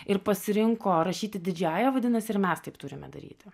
ir pasirinko rašyti didžiąja vadinasi ir mes taip turime daryti